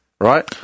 Right